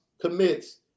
commits